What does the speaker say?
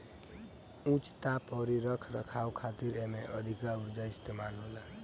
उच्च ताप अउरी रख रखाव खातिर एमे अधिका उर्जा इस्तेमाल होला